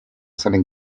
seinen